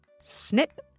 Snip